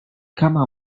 kama